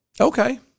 Okay